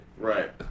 Right